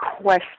question